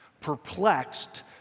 Perplexed